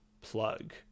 plug